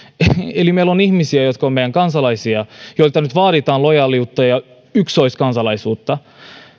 eli meillä on ihmisiä jotka ovat meidän kansalaisia ja joilta nyt vaaditaan lojaaliutta ja yksöiskansalaisuutta ja